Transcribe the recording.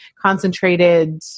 concentrated